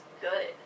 good